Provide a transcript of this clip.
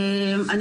אני